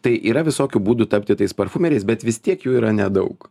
tai yra visokių būdų tapti tais parfumeriais bet vis tiek jų yra nedaug